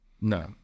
No